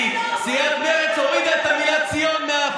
כי סיעת מרצ הורידה את המילה "ציון".